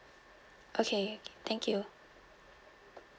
okay thank you